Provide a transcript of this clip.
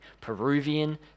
Peruvian